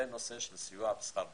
זה נושא של סיוע בשכר דירה.